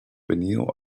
venido